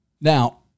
Now